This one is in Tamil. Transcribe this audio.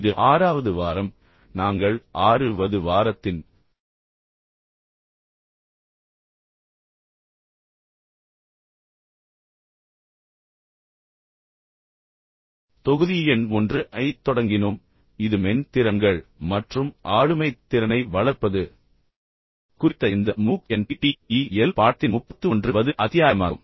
இது ஆறாவது வாரம் நாங்கள் 6வது வாரத்தின் தொகுதி எண் 1ஐத் தொடங்கினோம் இது மென் திறன்கள் மற்றும் ஆளுமைத் திறனை வளர்ப்பது குறித்த இந்த MOOC NPTEL பாடத்தின் 31வது அத்தியாயமாகும்